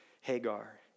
Hagar